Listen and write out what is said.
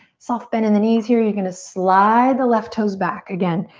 soft bend in the knees here. you're gonna slide the left toes back. again,